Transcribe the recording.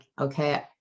okay